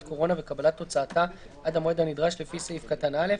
קורונה וקבלת תוצאתה עד המועד הנדרש לפי סעיף קטן (א),